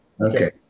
Okay